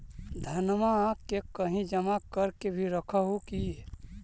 धनमा के कहिं जमा कर के भी रख हू की?